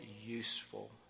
useful